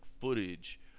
footage